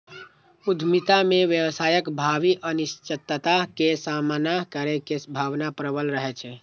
उद्यमिता मे व्यवसायक भावी अनिश्चितता के सामना करै के भावना प्रबल रहै छै